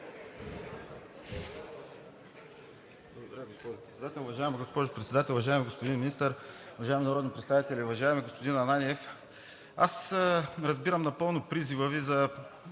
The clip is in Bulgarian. госпожо Председател. Уважаема госпожо Председател, уважаеми господин Министър, уважаеми народни представители! Уважаеми господин Ананиев, разбирам напълно призива Ви за